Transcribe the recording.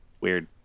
Weird